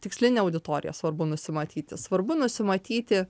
tikslinė auditorija svarbu nusimatyti svarbu nusimatyti